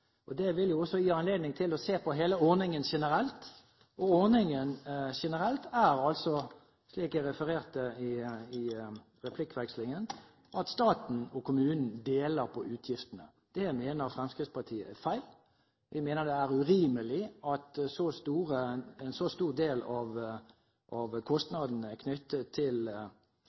jernbane. Det vil også gi anledning til å se på hele ordningen generelt. Ordningen generelt er altså slik jeg refererte i replikkvekslingen, at staten og kommunen deler på utgiftene. Det mener Fremskrittspartiet er feil. Vi mener det er urimelig at en så stor del av kostnadene knyttet til